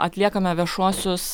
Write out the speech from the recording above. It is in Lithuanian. atliekame viešuosius